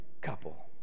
couple